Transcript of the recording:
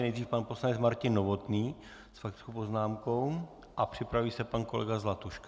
Nejdřív pan poslanec Martin Novotný s faktickou poznámkou a připraví se pan kolega Zlatuška.